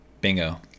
Bingo